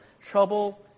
Trouble